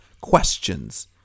questions